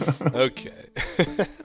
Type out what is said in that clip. Okay